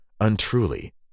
untruly